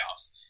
playoffs